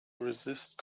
resist